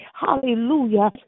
hallelujah